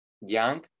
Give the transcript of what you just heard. young